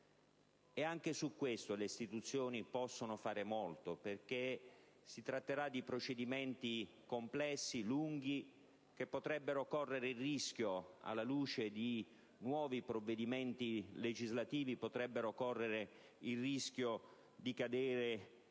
Anche al riguardo, le istituzioni possono fare molto, perché saranno necessari procedimenti complessi e lunghi, che potrebbero correre il rischio, alla luce di nuovi provvedimenti legislativi, di cadere